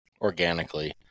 organically